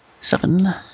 seven